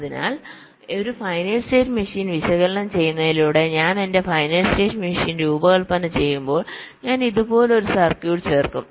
അതിനാൽ ഒരു finite state machine വിശകലനം ചെയ്യുന്നതിലൂടെ ഞാൻ എന്റെ ഫൈനൈറ്റ് സ്റ്റേറ്റ് മെഷീൻ രൂപകൽപ്പന ചെയ്യുമ്പോൾ ഞാൻ ഇതുപോലെ ഒരു സർക്യൂട്ട് ചേർക്കും